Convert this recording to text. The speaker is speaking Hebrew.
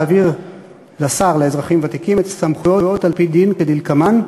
להעביר לשר לאזרחים ותיקים את הסמכויות על-פי דין כדלקמן: